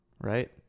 right